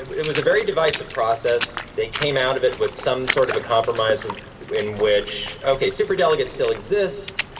it it was a very divisive process. they came out of it with some sort of a compromise ah in which. okay. superdelegates still exist,